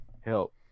help